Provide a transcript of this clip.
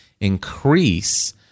increase